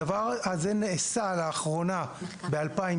הדבר הזה נעשה לאחרונה ב-2017,